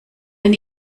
den